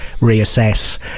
reassess